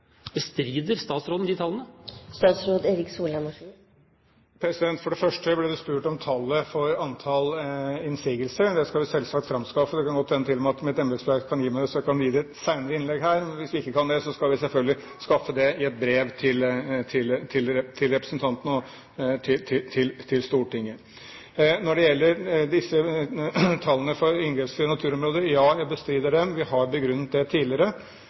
Bestrider statsråden disse tallene? For det første ble det spurt om antallet innsigelser. Det skal vi selvsagt framskaffe. Det kan til og med godt hende at mitt embetsverk kan gi meg det, slik at jeg kan oppgi det i et senere innlegg her. Hvis vi ikke kan det, skal vi selvfølgelig oppgi det i et brev til representanten, til Stortinget. Når det gjelder tallene for inngrepsfrie naturområder: Ja, jeg bestrider dem. Vi har begrunnet det tidligere.